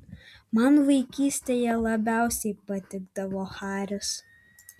man vaikystėje labiausiai patikdavo haris